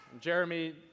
Jeremy